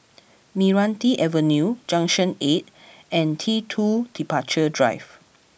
Meranti Avenue Junction Eight and T Two Departure Drive